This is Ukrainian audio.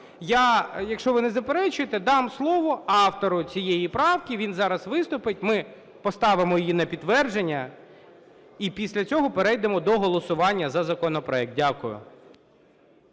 я, якщо ви не заперечуєте, дам слово автору цієї правки, він зараз виступить, ми поставимо її на підтвердження і після цього перейдемо до голосування за законопроект. Дякую.